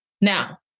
Now